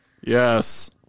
Yes